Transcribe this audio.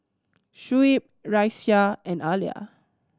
Shuib Raisya and Alya